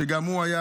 שגם הוא היה